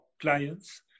clients